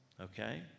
okay